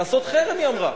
לעשות חרם, היא אמרה.